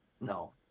No